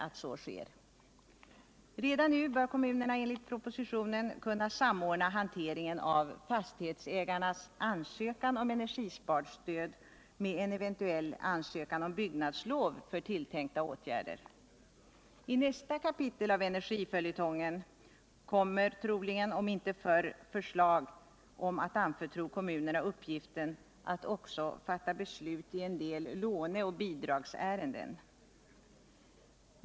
Redan nu bör kommunerna enligt vad som framhålls i propositionen kunna samordna hanteringen av fastighetsägarnas ansökningar om energisparstöd med eventuella ansökningar om byggnadslov för de tilltänkta åtgärderna. I nästa kapitel av energisparföljetongen — om inte förr - kommer sannolikt förslag om att anförtro kommunerna uppgiften att också fatta beslut i en del låne och bidragsärenden.